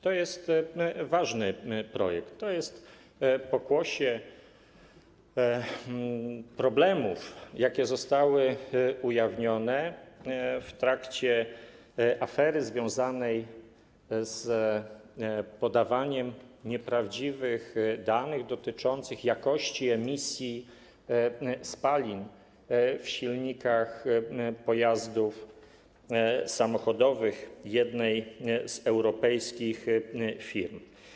To jest ważny projekt, to jest pokłosie problemów, jakie zostały ujawnione w trakcie afery związanej z podawaniem nieprawdziwych danych dotyczących jakości emisji spalin w silnikach pojazdów samochodowych jednej z europejskich firm.